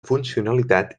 funcionalitat